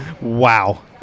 Wow